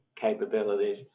Capabilities